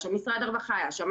משרד הרווחה היה שם,